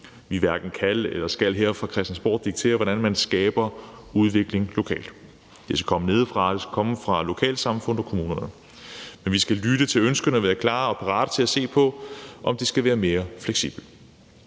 kan eller skal her fra Christiansborg diktere, hvordan man skaber udvikling lokalt. Det skal komme nedefra, og det skal komme fra lokalsamfund og kommunerne. Men vi skal lytte til ønskerne og være klar og parate til at se på, om det skal være mere fleksibelt.